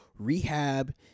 Rehab